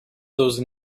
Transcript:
those